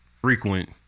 frequent